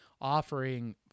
offering